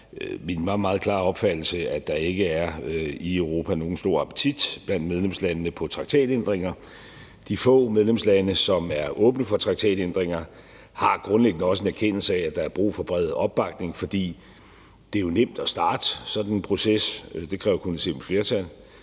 meget klare opfattelse, at der i Europa ikke er nogen stor appetit blandt medlemslandene på traktatændringer. De få medlemslande, som er åbne for traktatændringer, har grundlæggende også en erkendelse af, at der er brug for bred opbakning. For det er jo nemt at starte sådan en proces. Det kræver kun et simpelt flertal.